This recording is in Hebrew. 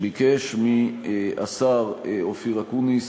ביקש מהשר אופיר אקוניס,